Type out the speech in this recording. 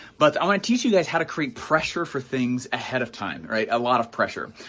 but i wanna teach you guys how to create pressure for things ahead of time, a lot of pressure.